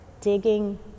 digging